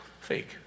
Fake